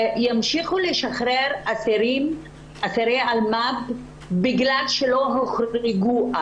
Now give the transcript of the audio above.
לשחרר אסירי אלמ"ב בגלל שלא הוחרגו.